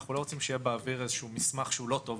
אנחנו לא רוצים שיהיה באוויר איזשהו מסמך שהוא לא טוב.